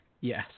Yes